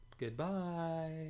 Goodbye